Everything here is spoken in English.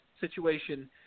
situation